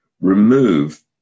remove